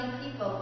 people